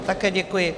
Také děkuji.